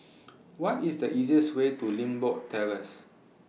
What IS The easiest Way to Limbok Terrace